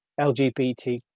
lgbt